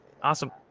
Awesome